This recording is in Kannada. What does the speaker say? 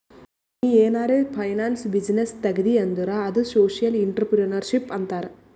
ನೀ ಏನಾರೆ ಫೈನಾನ್ಸ್ ಬಿಸಿನ್ನೆಸ್ ತೆಗ್ದಿ ಅಂದುರ್ ಅದು ಸೋಶಿಯಲ್ ಇಂಟ್ರಪ್ರಿನರ್ಶಿಪ್ ಅಂತಾರ್